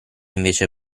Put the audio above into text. invece